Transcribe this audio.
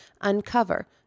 uncover